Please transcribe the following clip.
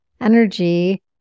energy